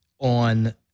on